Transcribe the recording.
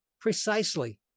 Precisely